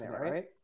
right